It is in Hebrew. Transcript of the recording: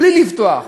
בלי לפתוח.